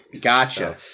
Gotcha